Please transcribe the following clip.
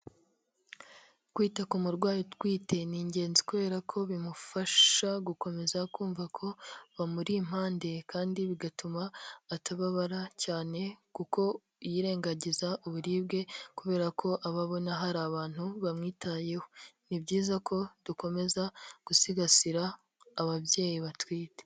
Kwita ku murwayi utwite ni ingenzi kubera ko bimufasha gukomeza kumva ko bamuri impande, kandi bigatuma atababara cyane kuko yirengagiza uburibwe kubera ko aba abona hari abantu bamwitayeho, ni byiza ko dukomeza gusigasira ababyeyi batwite.